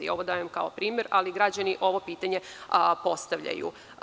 Ovo dajem kao primer, ali građani ovo pitanje postavljaju.